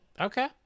Okay